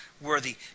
worthy